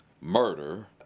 murder